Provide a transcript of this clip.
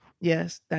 Yes